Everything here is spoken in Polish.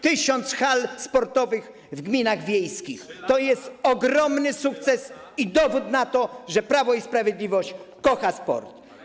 Tysiąc hal sportowych w gminach wiejskich to ogromny sukces i dowód na to, że Prawo i Sprawiedliwość kocha sport.